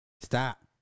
Stop